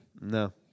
No